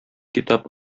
китап